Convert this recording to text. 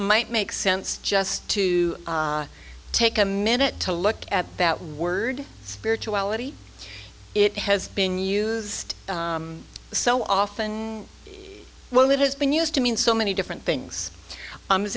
might make sense just to take a minute to look at that word spirituality it has been used so often well it has been used to mean so many different things